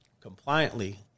compliantly